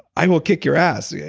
i will kick your ass. yeah